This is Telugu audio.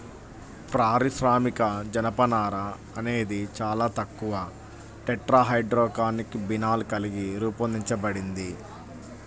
పారిశ్రామిక జనపనార అనేది చాలా తక్కువ టెట్రాహైడ్రోకాన్నబినాల్ కలిగి రూపొందించబడింది